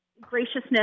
graciousness